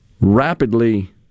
rapidly